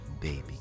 baby